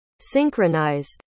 synchronized